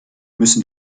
müssen